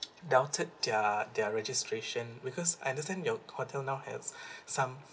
doubted their their registration because I understand your hotel now have some